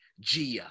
Gia